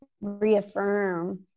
reaffirm